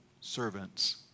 servants